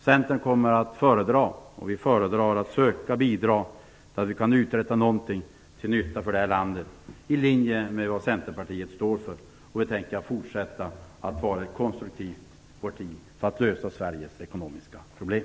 Centern föredrar att söka bidra till att något kan uträttas som är till nytta för det här landet, i linje med vad Centerpartiet står för. Vi tänker fortsätta att vara ett konstruktivt parti när det gäller att lösa Sveriges ekonomiska problem.